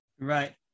Right